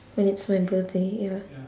when it's my birthday ya